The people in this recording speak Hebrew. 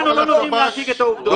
כן, בינינו לא נותנים להציג את העובדות.